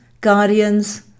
guardians